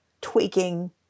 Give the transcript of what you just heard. tweaking